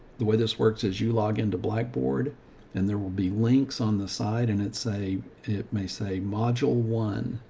the way this works is you log into blackboard and there will be links on the side. and it say, it may say module one.